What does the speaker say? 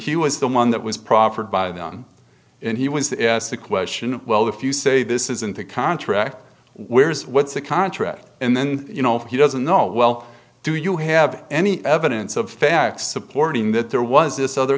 he was the one that was proffered by the un and he was asked the question well if you say this isn't a contract where is what's a contract and then you know if he doesn't know well do you have any evidence of facts supporting that there was this other